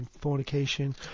fornication